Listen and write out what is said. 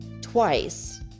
twice